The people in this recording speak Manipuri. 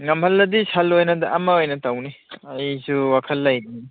ꯉꯝꯍꯜꯂꯗꯤ ꯁꯟ ꯑꯣꯏꯅ ꯑꯃ ꯑꯣꯏꯅ ꯇꯧꯅꯤ ꯑꯩꯁꯨ ꯋꯥꯈꯜ ꯂꯩꯔꯤꯃꯤ